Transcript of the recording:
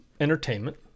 entertainment